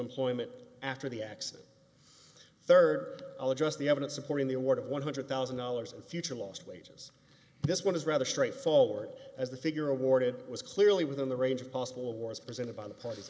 employment after the accident third just the evidence supporting the award of one hundred thousand dollars in future lost wages this one is rather straightforward as the figure awarded was clearly within the range of possible awards presented by the part